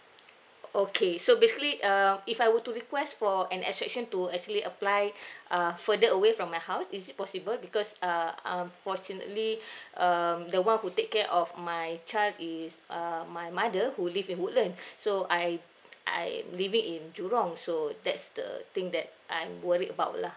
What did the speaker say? okay so basically uh if I were to request for an exception to actually apply err further away from my house is it possible because uh unfortunately um the one who take care of my child is err my mother who live in woodland so I I'm living in jurong so that's the thing that I'm worried about lah